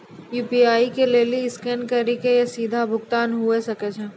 UPI के लेली scan करि के या सीधा भुगतान हुये सकै छै